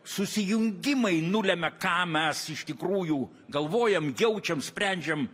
susijungimai nulemia ką mes iš tikrųjų galvojam jaučiam sprendžiam